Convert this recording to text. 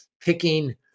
picking